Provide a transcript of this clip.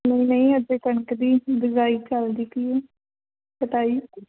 ਨਹੀਂ ਨਹੀਂ ਅਜੇ ਕਣਕ ਦੀ ਬਿਜਾਈ ਚਲਦੀ ਪਈ ਹੈ ਕਟਾਈ